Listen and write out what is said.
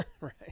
right